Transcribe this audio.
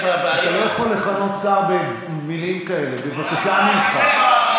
אתה לא יכול לכנות שר במילים כאלה, בבקשה ממך.